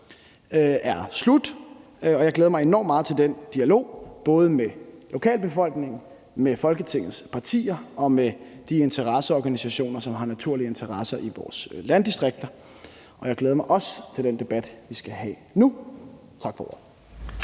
er slut. Jeg glæder mig enormt meget til den dialog med både lokalbefolkningen, Folketingets partier og de interesseorganisationer, som har en naturlig interesse i vores landdistrikter. Jeg glæder mig også til den debat, vi skal have nu. Tak for ordet.